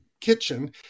kitchen